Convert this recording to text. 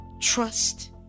trust